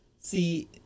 see